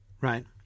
right